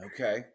Okay